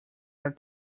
are